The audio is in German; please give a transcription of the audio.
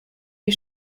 die